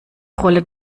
rolle